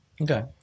Okay